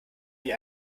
wie